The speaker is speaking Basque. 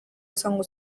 esango